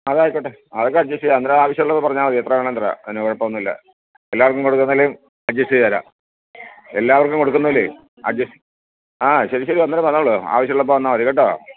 അത് ആയിക്കോട്ടെ അതൊക്കെ അഡ്ജസ്റ്റ് ചെയ്യാം അന്നേരം ആവശ്യമുള്ളത് പറഞ്ഞാൽ മതി എത്ര വേണമെങ്കിലും തരാം അതിന് കുഴപ്പം ഒന്നുമില്ല എല്ലാവർക്കും കൊടുക്കുന്നതിലും അഡ്ജസ്റ്റ് ചെയ്തുതരാം എല്ലാവർക്കും കൊടുക്കുന്നതിലെ അഡ്ജസ്റ്റ് ആ ശരി ശരി അന്നേരം വന്നോളൂ ആവശ്യം ഉള്ളപ്പോൾ വന്നാൽ മതി കേട്ടോ